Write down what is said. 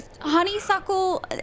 honeysuckle